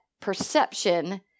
perception